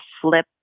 flip